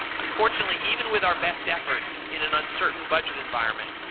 unfortunately, even with our best efforts, in an uncertain budget environment,